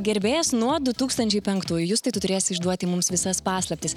gerbėjas nuo du tūkstančiai penktųjų justai tu turėsi išduoti mums visas paslaptis